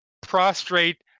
prostrate